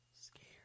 scared